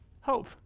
hope